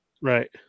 Right